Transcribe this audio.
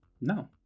No